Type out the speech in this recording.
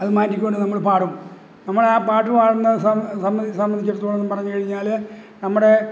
അത് മാറ്റിക്കൊണ്ട് നമ്മള് പാടും നമ്മളാ പാട്ട് പാടുന്ന സമ്മതി സംബന്ധിച്ചിടത്തോളം പറഞ്ഞു കഴിഞ്ഞാല് നമ്മടെ